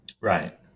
Right